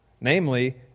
namely